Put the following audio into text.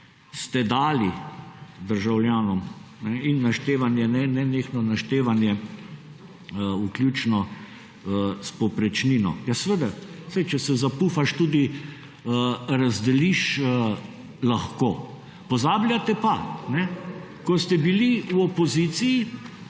ste dali državljanom. In naštevanje, nenehno naštevanje, vključno s povprečnino. Ja, seveda, saj če se zapufaš, tudi razdeliš lahko. Pozabljate pa, ko ste bili v opoziciji,